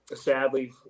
Sadly